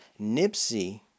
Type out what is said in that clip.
Nipsey